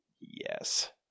yes